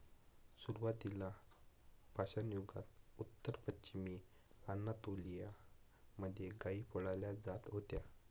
सुरुवातीला पाषाणयुगात उत्तर पश्चिमी अनातोलिया मध्ये गाई पाळल्या जात होत्या